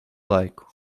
laiku